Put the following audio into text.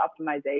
optimization